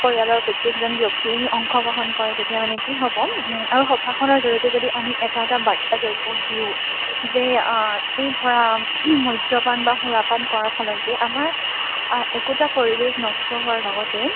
পৰিয়ালৰ প্ৰত্যেকজন ব্যক্তিয়ে আহি অংশগ্ৰহণ কৰে তেতিয়া মানে কি হ'ব আৰু সভাখনৰ জৰিয়তে যদি আমি এটা এটা বাৰ্তা তেওঁলোকক দিওঁ যে এই ধৰা মদ্যপান বা সুৰাপান কৰাৰ ফলত যে আমাৰ একোটা পৰিৱেশ নষ্ট হোৱাৰ লগতে